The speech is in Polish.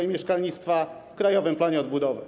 i mieszkalnictwa w Krajowym Planie Odbudowy?